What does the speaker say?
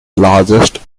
largest